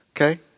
Okay